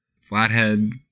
Flathead